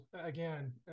again